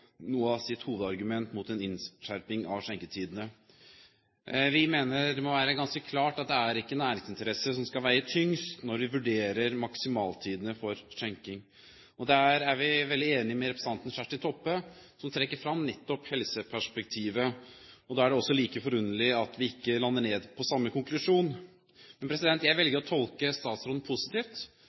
noe av sitt hovedargument mot en innskjerping av skjenketidene. Vi mener det må være ganske klart at det er ikke næringsinteresser som skal veie tyngst når vi vurderer maksimaltidene for skjenking. Der er vi veldig enige med representanten Kjersti Toppe, som trekker fram nettopp helseperspektivet. Da er det også like forunderlig at vi ikke lander på samme konklusjon. Jeg velger å tolke statsråden positivt